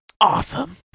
Awesome